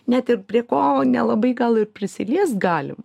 net ir prie ko nelabai gal ir prisiliest galim